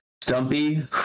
stumpy